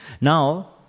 Now